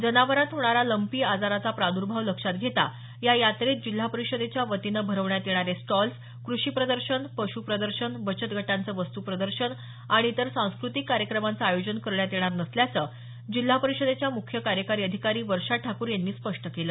जनावरात होणारा लंम्पी आजाराचा प्रादुर्भाव लक्षात घेता या यात्रेत जिल्हा परिषदेच्यावतीनं भरवण्यात येणारे स्टॉल्स क्रषि प्रदर्शन पश् प्रदर्शन बचत गटांचं वस्तू प्रदर्शन आणि इतर सांस्कृतिक कार्यक्रमांचं आयोजन करण्यात येणार नसल्याचं जिल्हा परिषदेच्या मुख्य कार्यकारी अधिकारी वर्षा ठाकूर यांनी स्पष्ट केलं